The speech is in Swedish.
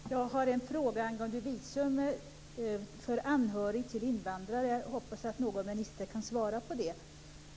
Herr talman! Jag har en fråga angående visum för anhörig till invandrare. Jag hoppas att någon minister kan svara på den.